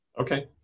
Okay